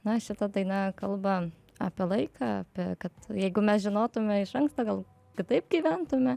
na šita daina kalba apie laiką apie kad jeigu mes žinotume iš anksto gal kitaip gyventume